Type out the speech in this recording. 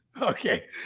Okay